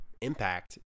impact